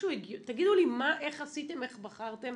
תגידו לי איך עשיתם, איך בחרתם